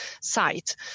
site